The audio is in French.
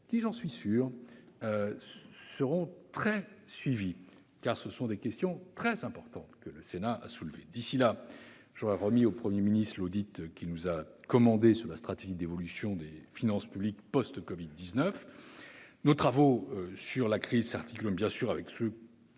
qui, j'en suis sûr, seront très suivis, car les questions soulevées par le Sénat sont très importantes. D'ici là, j'aurai remis au Premier ministre l'audit qu'il nous a commandé sur la stratégie d'évolution des finances publiques à la suite du covid-19. Nos travaux sur la crise s'articulent, bien sûr, avec ceux